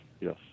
Yes